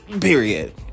period